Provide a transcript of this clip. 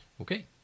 okay